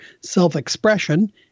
self-expression